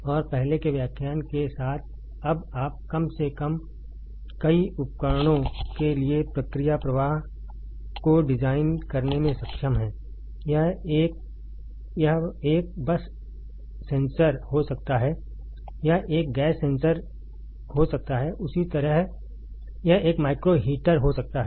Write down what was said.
और पहले के व्याख्यान के साथ अब आप कम से कम कई उपकरणों के लिए प्रक्रिया प्रवाह को डिजाइन करने में सक्षम हैं यह एक बस सेंसर हो सकता है यह एक गैस सेंसर हो सकता है उसी तरह यह एक माइक्रो हीटर हो सकता है